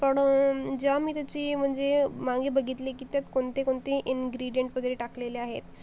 पण ज्या मी त्याची म्हणजे मागे बघितले की त्यात कोणते कोणते इंग्रिडियंट वगैरे टाकलेले आहेत